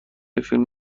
فیلم